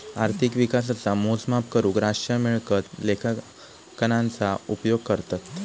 अर्थिक विकासाचा मोजमाप करूक राष्ट्रीय मिळकत लेखांकनाचा उपयोग करतत